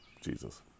Jesus